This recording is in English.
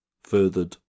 furthered